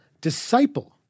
disciple